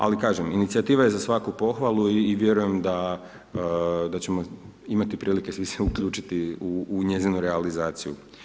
Ali, kažem inicijativa je za svaku pohvali i vjerujem da ćemo imati prilike svi se uključiti u njezinu realizaciju.